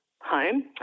home